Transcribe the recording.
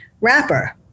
rapper